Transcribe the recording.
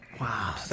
Wow